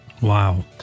Wow